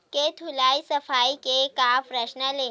के धुलाई सफाई के का परामर्श हे?